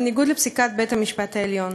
בניגוד לפסיקת בית-המשפט העליון.